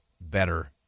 better